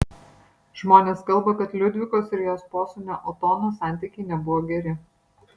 žmonės kalba kad liudvikos ir jos posūnio otono santykiai nebuvo geri